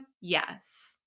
Yes